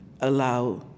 allow